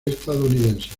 estadounidenses